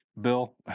Bill